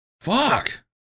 Fuck